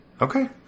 Okay